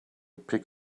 pick